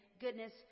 Goodness